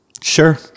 sure